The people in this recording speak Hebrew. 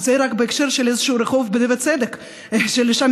אז זה רק בהקשר של איזשהו רחוב בנווה צדק שלשם